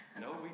No